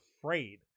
afraid